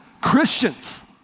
Christians